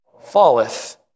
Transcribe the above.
Falleth